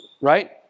Right